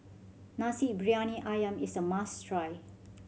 Nasi Briyani Ayam is a must try